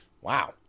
wow